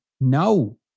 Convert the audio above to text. no